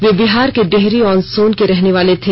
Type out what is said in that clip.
वे बिहार के डेहरी ऑन सोन के रहनेवाले थे